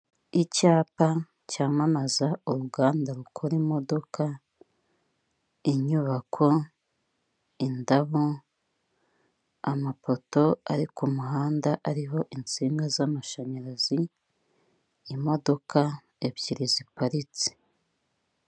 Icyapa cyamamaza uruganda rukora imodoka, inyubako, indabo, amapoto ari ku muhanda ariho insiga z'amashanyarazi, imodoka ebyiri ziparitse.